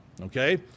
okay